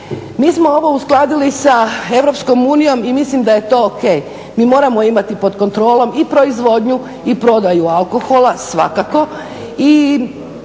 mi smo ovo uskladili sa Europskom unijom i mislim da je to o.k. Mi moramo imati pod kontrolom i proizvodnju i prodaju alkohola svakako.